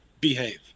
Behave